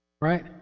Right